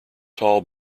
tall